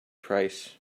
price